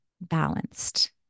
balanced